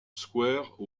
square